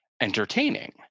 entertaining